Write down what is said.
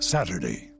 Saturday